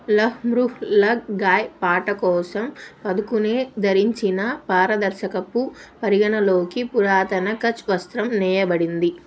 లహ్ మృహ్ లగ్ గాయ్ పాట కోసం పదుకునే ధరించిన పారదర్శకపు పరిగణలోకి పురాతన కచ్ వస్త్రం నేయబడింది